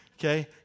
Okay